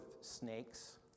snakes